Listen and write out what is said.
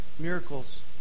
miracles